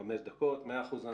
מאה אחוז.